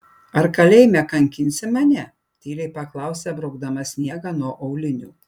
ar kalėjime kankinsi mane tyliai paklausė braukdama sniegą nuo aulinių